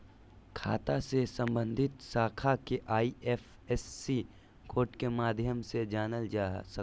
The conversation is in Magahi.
खाता से सम्बन्धित शाखा के आई.एफ.एस.सी कोड के माध्यम से जानल जा सक हइ